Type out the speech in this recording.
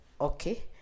Okay